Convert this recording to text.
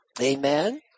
Amen